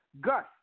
Gus